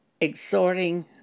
exhorting